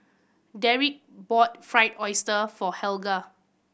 Dereck bought Fried Oyster for Helga